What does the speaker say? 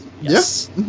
Yes